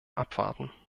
abwarten